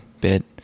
bit